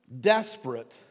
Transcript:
Desperate